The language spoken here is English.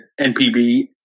NPB